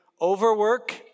overwork